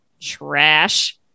trash